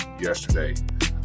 yesterday